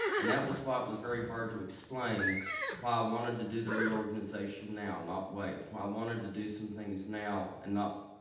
and that was why it was very hard to explain why i wanted to do the reorganization now, not wait. why i wanted to do some things now, and not